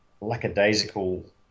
lackadaisical